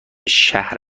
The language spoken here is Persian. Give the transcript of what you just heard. شهر